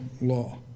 law